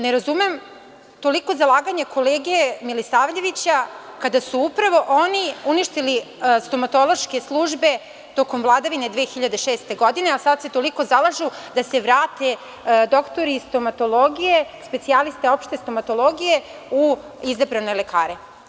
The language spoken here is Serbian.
Ne razumem toliko zalaganje kolege Milisavljevića, kada su upravo oni uništili stomatološke službe tokom vladavine 2006. godine, a sada se toliko zalažu da se vrate doktori stomatologije, specijaliste opšte stomatologije, u izabrane lekare.